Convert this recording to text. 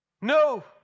No